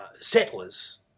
settlers